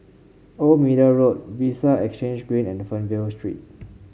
Old Middle Road Vista Exhange Green and Fernvale Street